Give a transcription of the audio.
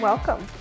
Welcome